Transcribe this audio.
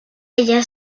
ella